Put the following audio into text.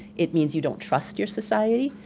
it means you don't trust your society,